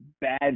bad